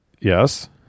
yes